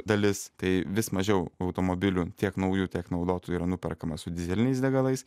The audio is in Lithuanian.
dalis tai vis mažiau automobilių tiek naujų tiek naudotų yra nuperkama su dyzeliniais degalais